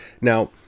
Now